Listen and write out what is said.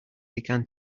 began